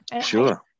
Sure